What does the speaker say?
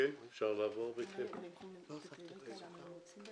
אפשר לתת רקע למה רוצים?